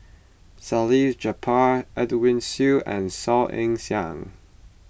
Salleh Japar Edwin Siew and Saw Ean Ang